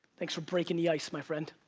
thanks for breaking the ice, my friend.